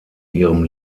ihrem